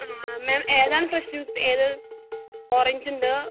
ആ മാം ഏതാണ് fresh juice ഏത് ഓറഞ്ച് ഉണ്ട്